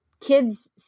kids